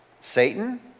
Satan